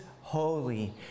holy